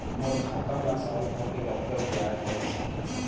मोर खाता मा साल भर के कतका बियाज अइसे?